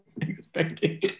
expecting